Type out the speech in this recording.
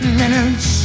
minutes